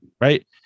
Right